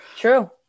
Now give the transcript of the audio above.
True